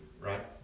right